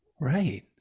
right